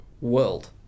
world